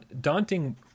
daunting